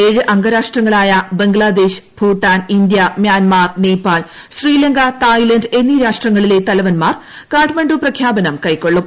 ഏഴ് അംഗരാഷ്ട്രങ്ങളായ Bangladesh Bhutan India Myanmar Nepal Sri Lanka Thailand എന്നീ രാഷ്ട്രങ്ങളിലെ തലവൻമാർ കാഠ്മണ്ഡു പ്രഖ്യാപനം കൈക്കൊള്ളും